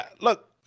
Look